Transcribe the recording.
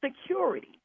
security